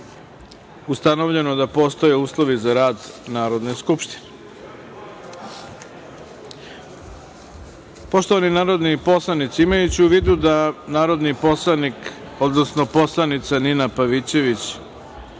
ustanovljeno da postoje uslovi za rad Narodne skupštine. Poštovani narodni poslanici, imajući u vidu da narodna poslanica Nina Pavićević